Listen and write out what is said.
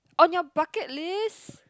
on your bucket list